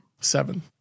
Seven